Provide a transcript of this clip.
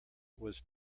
was